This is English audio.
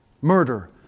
murder